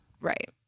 Right